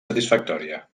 satisfactòria